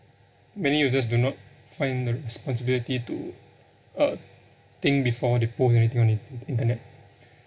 many users do not find the responsibility to uh think before they post anything on the internet